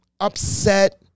upset